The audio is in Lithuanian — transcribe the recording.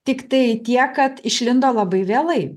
tiktai tiek kad išlindo labai vėlai